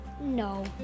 No